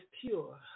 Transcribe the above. pure